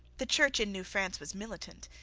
the church in new france was militant,